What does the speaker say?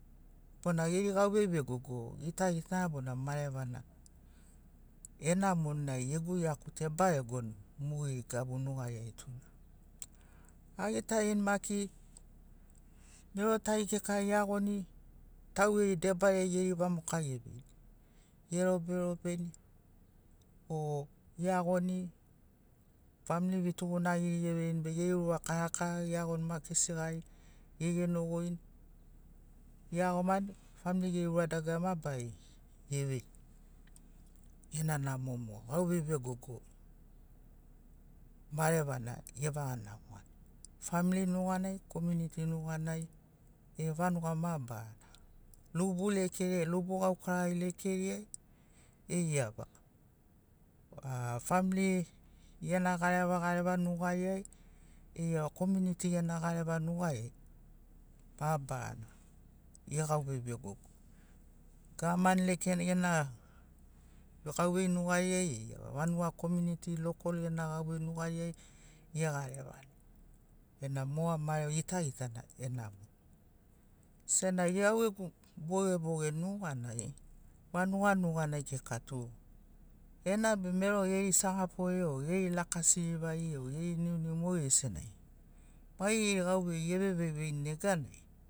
Bona geri gauvei vegogo gitagita bona marevana enamoni dainai gegu iaku tu ebaregoni mogeri gabu nugariai tuna agitarini maki mero tari kika eagoni taugeri debariai geri vamoka geveini eroberobeni o eagoni family vetugunagiri eveini be geri ura karakara eagoni maki segagi egonogoini eagomani family geri ura dagarari mabarari eveini ena namo moga gauvei vegogo marevana evaga namoani family nuganai komiuniti nuganai e vanuga mabarana lubu lekeriai lubu gaukara lekeriai eiava a family gena garevagareva nugariai eiava komiuniti gena gareva nugariai mabarana egauvei vegogoni gavaman lekenai gena gauvei nugariai vanuga komiuniti locol gena gauvei nugariai egarevani bena moga mare gitagitana enamoni senagi au gegu bogeboge nuganai vanuga nuganai kika tu enabe mero geri sagafore o geri lakasirivagi o geri niuniu mogesinai maigeri gauvei eveveini neganai